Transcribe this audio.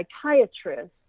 psychiatrist